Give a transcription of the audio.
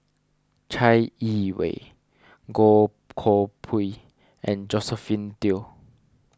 Chai Yee Wei Goh Koh Pui and Josephine Teo